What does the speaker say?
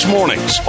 Mornings